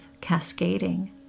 cascading